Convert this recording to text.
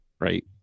right